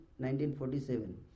1947